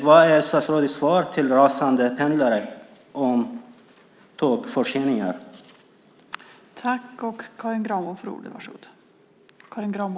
Vad är statsrådets svar till pendlare som på grund av tågförseningar är rasande?